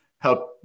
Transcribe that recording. help